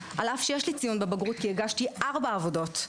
על אף שיש לי ציון בבגרות כי הגשתי ארבע עבודות.